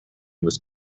was